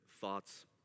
thoughts